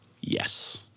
Yes